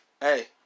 hey